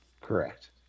Correct